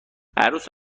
عروس